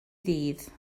ddydd